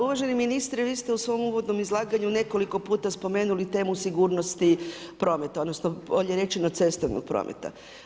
Uvaženi ministre, vi ste u svom uvodnom izlaganju, nekoliko puta spomenuli temu sigurnosti prometa, odnosno, bolje rečeno, cestovnog prometa.